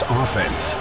offense